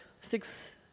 six